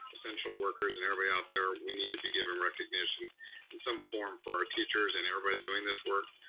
essential workers, and everybody out there, we need to be giving recognition in some form for our teachers and everybody doing this work.